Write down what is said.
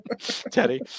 Teddy